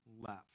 left